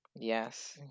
Yes